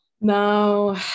No